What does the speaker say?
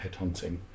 headhunting